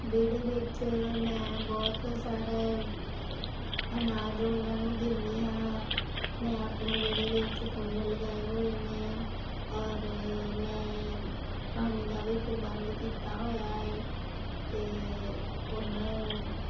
ਵਿਹੜੇ ਵਿੱਚ ਮੈਂ ਬਹੁਤ ਸਾਰਾ ਅਨਾਜ ਉਹਨਾਂ ਨੂੰ ਦਿੰਦੀ ਹਾਂ ਮੈਂ ਆਪਣੇ ਵਿਹੜੇ ਵਿੱਚ ਫੁੱਲ ਲਗਾਏ ਹੋਏ ਨੇ ਔਰ ਮੈਂ ਪਾਣੀ ਦਾ ਵੀ ਪ੍ਰਬੰਧ ਕੀਤਾ ਹੋਇਆ ਹੈ ਅਤੇ ਉਹਨਾਂ ਨੂੰ